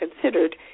considered